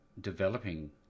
developing